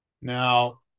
Now